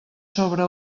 sobre